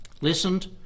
listened